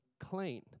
clean